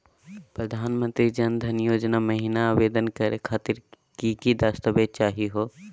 प्रधानमंत्री जन धन योजना महिना आवेदन करे खातीर कि कि दस्तावेज चाहीयो हो?